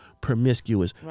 promiscuous